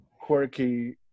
quirky